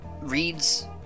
reads